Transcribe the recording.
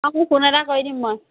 অঁ মই ফোন এটা কৰি দিম মই